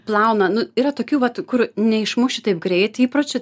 plauna nu yra tokių vat kur neišmuši taip greit įpročių